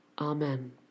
Amen